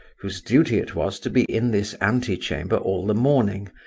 whose duty it was to be in this ante-chamber all the morning,